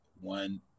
one